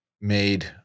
made